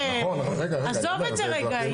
עזוב את זה רגע.